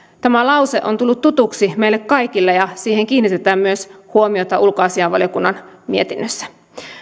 tämä lause on tullut tutuksi meille kaikille ja siihen kiinnitetään myös huomiota ulkoasiainvaliokunnan mietinnössä